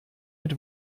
mit